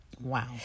Wow